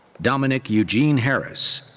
dominic eugene harris.